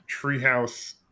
treehouse